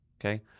Okay